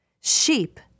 Sheep